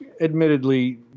admittedly